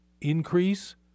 increase